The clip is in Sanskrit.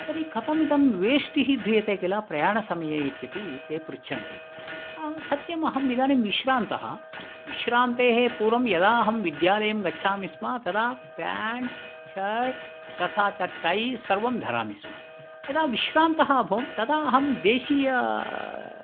तर्हि कथम् इदं वेष्टिः ध्रियते किल प्रयाणसमये इत्यपि ते पृच्छन्ति सत्यम् अहम् इदानीं विश्रान्तः विश्रान्तेः पूर्वं यदा अहं विद्यालयं गच्छामि स्म तदा पेण्ट् शर्ट् तथा च टै सर्व्ं धरामि स्म यदा विश्रान्तः अभवं तदा अहं देशीय